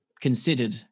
considered